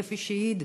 כפי שהעיד